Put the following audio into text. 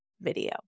video